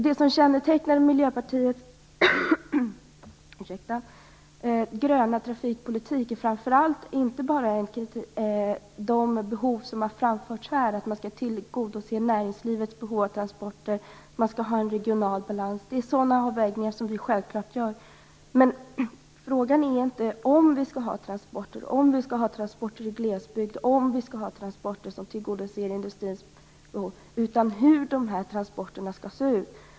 Det som kännetecknar Miljöpartiets gröna trafikpolitik är inte framför allt de behov som har framförts här - att man skall tillgodose näringslivets behov av transporter och att man skall uppnå regional balans. Sådana avvägningar görs självfallet också. Men frågan gäller inte om vi skall ha transporter i glesbygd, transporter som tillgodoser industrins behov osv., utan hur de här transporterna skall se ut.